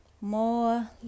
More